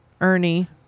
Ernie